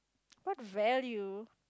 what value